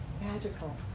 magical